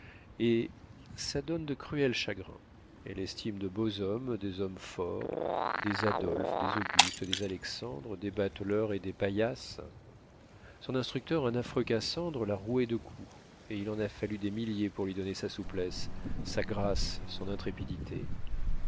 et ça donne de cruels chagrins elle estime de beaux hommes des hommes forts des adolphe des auguste des alexandre des bateleurs et des paillasses son instructeur un affreux cassandre la rouait de coups et il en a fallu des milliers pour lui donner sa souplesse sa grâce son intrépidité